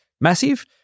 massive